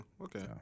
Okay